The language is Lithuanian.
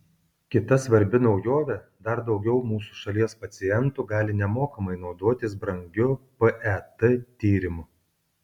kita svarbi naujovė dar daugiau mūsų šalies pacientų gali nemokamai naudotis brangiu pet tyrimu